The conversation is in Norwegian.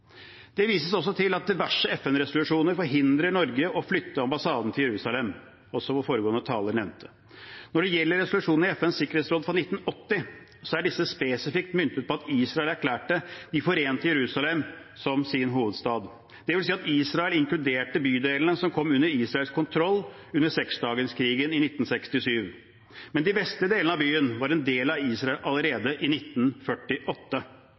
Det vises også til at diverse FN-resolusjoner forhindrer Norge i å flytte ambassaden til Jerusalem, som også foregående taler nevnte. Når det gjelder resolusjonen i FNs sikkerhetsråd fra 1980, er disse spesifikt myntet på at Israel erklærte det forente Jerusalem som sin hovedstad. Det vil si at Israel inkluderte bydelene som kom under Israels kontroll under Seksdagerskrigen i 1967. Men de beste delene av byen var en del av Israel allerede i 1948.